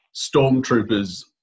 stormtroopers